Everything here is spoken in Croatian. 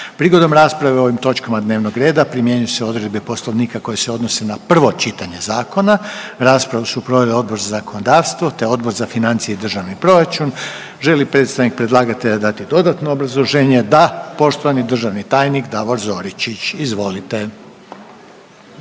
Prigodom rasprave o ovim točkama dnevnog reda primjenjuju se odredbe Poslovnika koje se odnose na prvo čitanje zakona. Raspravu su proveli Odbor za zakonodavstvo te Odbor za financije i državni proračun. Želi li predstavnik predlagatelja dati dodatno obrazloženje? Da, poštovani državni tajnik Davor Zoričić. Izvolite.